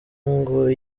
ngo